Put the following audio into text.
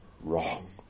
wrong